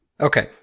Okay